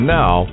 now